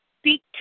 speak